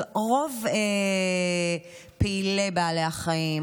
אבל רוב פעילי בעלי החיים,